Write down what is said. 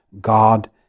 God